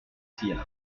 sire